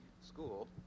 school